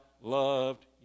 loved